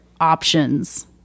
options